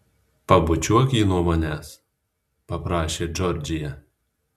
pabučiuok jį nuo manęs paprašė džordžija